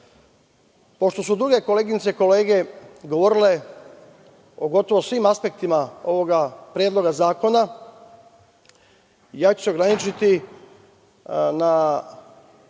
su druge koleginice i kolege govorile o gotovo svim aspektima ovog predloga zakona, ja ću se ograničiti na